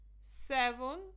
seven